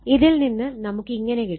ഇതിൽ നിന്ന് നമുക്ക് ഇങ്ങനെ കിട്ടും